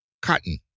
cotton